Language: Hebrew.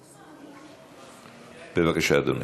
בבקשה, אדוני.